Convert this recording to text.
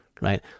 right